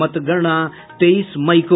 मतगणना तेईस मई को